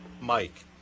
Mike